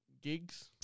gigs